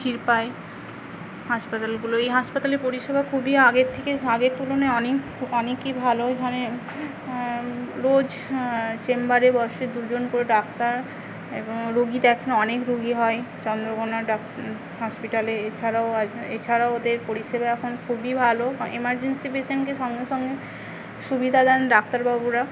ক্ষীরপাই হাসপাতালগুলো এই হাসপাতালে পরিষেবায় খুবই আগের থেকে আগের তুলনায় অনেক অনেকই ভালো এখানে রোজ চেম্বারে বসে দুজন করে ডাক্তার এবং রুগী দেখে অনেক রুগী হয় চন্দ্রকোনা ডাক হসপিটালে এছাড়াও আজ এছাড়াও ওদের পরিষেবা এখন খুবই ভালো এমার্জেন্সি পেশেন্টকে সঙ্গে সঙ্গে সুবিধা দেন ডাক্তারবাবুরা